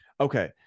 okay